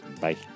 Bye